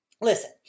Listen